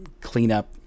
cleanup